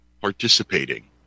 participating